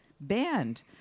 Banned